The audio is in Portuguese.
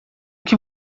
que